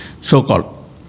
so-called